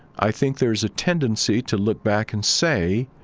i think there is a tendency to look back and say,